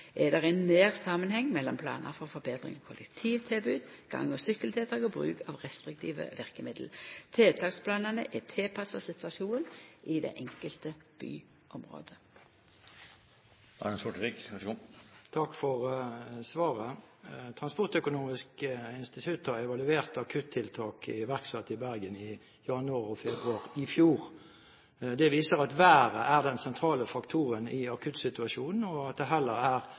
er det ein nær samanheng mellom planar for betring av kollektivtilbod, gang- og sykkeltiltak og bruk av restriktive verkemiddel. Tiltaksplanane er tilpassa situasjonen i det enkelte byområdet. Jeg takker for svaret. Transportøkonomisk institutt har evaluert akuttiltak iverksatt i Bergen i januar og februar i fjor. Det viser at været er den sentrale faktoren i akuttsituasjonen, og at det heller er